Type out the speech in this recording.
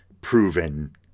proven